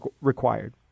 required